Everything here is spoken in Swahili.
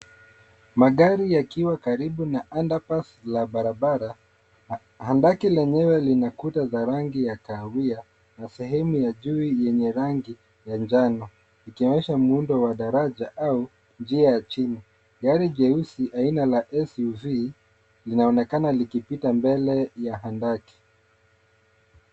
Magari yakiwa karibu na underpass la barabara. Handaki lenyewe lina kuta za rangi ya kahawia na sehemu ya juu yenye rangi ya njano ikionyesha muundo wa daraja au njia ya chini. Gari jeusi aina la SUV linaonekana likipita mbele ya handaki.